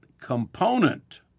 component